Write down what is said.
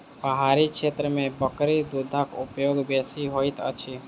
पहाड़ी क्षेत्र में बकरी दूधक उपयोग बेसी होइत अछि